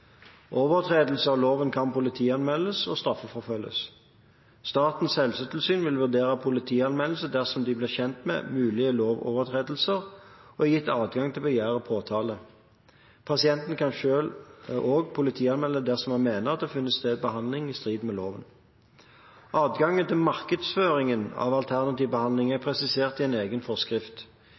Overtredelse av loven kan politianmeldes og straffeforfølges. Statens helsetilsyn vil vurdere politianmeldelse dersom de blir kjent med mulige lovovertredelser, og er gitt adgang til å begjære påtale. Pasienten kan selv politianmelde dersom man mener det har funnet sted behandling i strid med loven. Adgangen til markedsføringen av alternativ behandling er presisert i en egen forskrift.